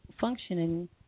functioning